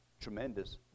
tremendous